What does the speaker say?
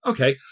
Okay